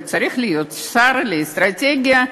וצריך להיות שר לאסטרטגיה,